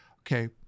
okay